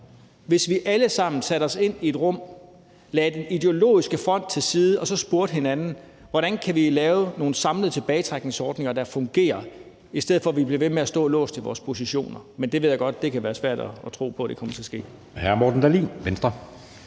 hvis vi alle sammen satte os ind i et rum, lagde den ideologiske front til side og så spurgte hinanden: Hvordan kan vi lave nogle samlede tilbagetrækningsordninger, der fungerer, i stedet for at vi bliver ved med at stå låst i vores positioner? Men at det kommer til at ske,